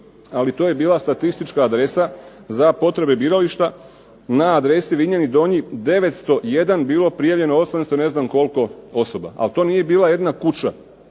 ali to je bila statistička adresa za potrebe birališta na adresi Vinjani Donji 901 bilo prijavljeno 800 i ne znam koliko osoba. Ali to nije bila jedna kuća